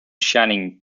shining